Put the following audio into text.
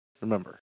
remember